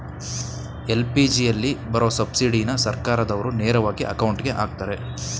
ಎಲ್.ಪಿ.ಜಿಯಲ್ಲಿ ಬರೋ ಸಬ್ಸಿಡಿನ ಸರ್ಕಾರ್ದಾವ್ರು ನೇರವಾಗಿ ಅಕೌಂಟ್ಗೆ ಅಕ್ತರೆ